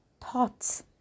thoughts